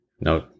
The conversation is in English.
No